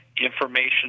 information